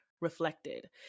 reflected